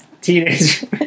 teenager